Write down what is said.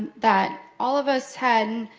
that all of us had,